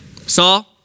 Saul